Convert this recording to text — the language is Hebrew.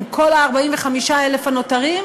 עם כל 45,000 הנותרים,